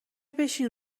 بشین